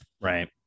Right